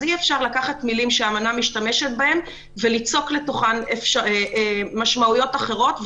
אז אי אפשר לקחת מילים שהאמנה משתמשת בהן וליצוק לתוכן משמעויות אחרות,